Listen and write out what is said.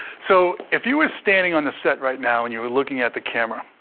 so if you were standing on the set right now and you were looking at the camera,